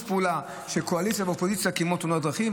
פעולה של קואליציה ואופוזיציה כמו תאונות הדרכים,